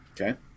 Okay